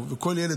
שאתה יודע,